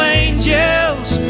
angels